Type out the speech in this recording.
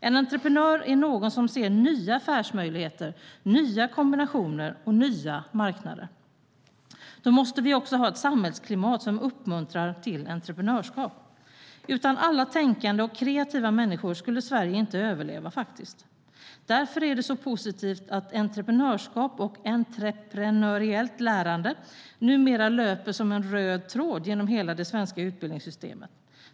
En entreprenör är någon som ser nya affärsmöjligheter, nya kombinationer och nya marknader. Då måste vi ha ett samhällsklimat som uppmuntrar entreprenörskap. Utan alla tänkande och kreativa människor skulle Sverige inte överleva. Därför är det så positivt att entreprenörskap och entreprenöriellt lärande numera löper som en röd tråd genom hela det svenska utbildningssystemet.